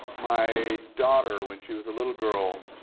my daughter, when she was a little girl,